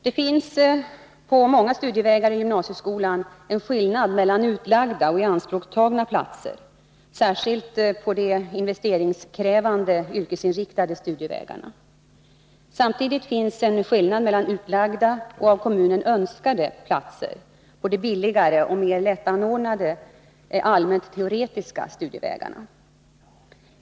Det finns på många studievägar i gymnasieskolan en skillnad mellan utlagda och ianspråktagna platser, särskilt på de investeringskrävande yrkesinriktade studievägarna. Samtidigt finns en skillnad mellan utlagda och av kommunerna önskade platser på de billigare och mer lättanordnade allmänt teoretiska studievägarna.